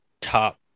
top